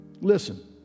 Listen